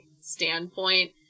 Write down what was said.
standpoint